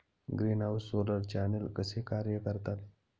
Greenhouse solar channel कसे कार्य करतात?